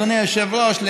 אדוני היושב-ראש,